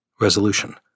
Resolution